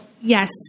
yes